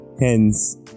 hence